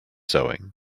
sewing